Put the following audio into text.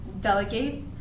delegate